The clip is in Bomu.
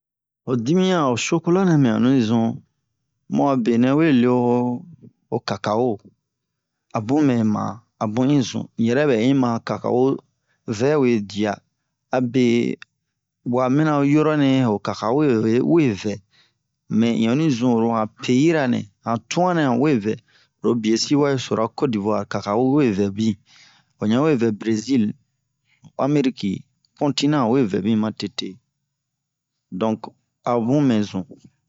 ho dimiyan ho shokola-nɛ onni zun mu a benɛ we le ho kakawo a bun mɛma a bun in zun un yɛrɛ bɛ in ma kakawo vɛwe diya abe wa mina yɔrɔ-nɛ ho kakawo we wee we vɛ mɛ in onni zun oro han peyira-nɛ han tun'an nɛ han we vɛ oro biyesi wa yi sora kodivuwari kakawo we vɛ bin ho ɲan we vɛ Brezil ho amerik continan wowe vɛmi matete donk a bun mɛ zun